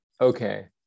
okay